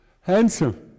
handsome